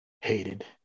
hated